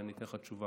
ואני אתן לך תשובה,